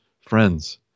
friends